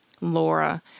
laura